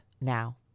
Now